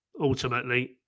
ultimately